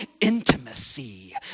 intimacy